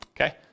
Okay